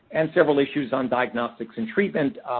and several issues on diagnostics and treatment,